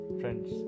friends